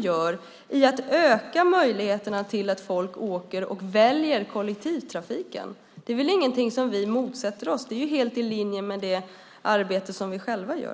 gör när det gäller att öka möjligheterna för folk att åka med och välja kollektivtrafiken. Det är ingenting som vi motsätter oss. Det är helt i linje med det arbete som vi själva gör.